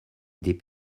des